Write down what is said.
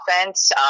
offense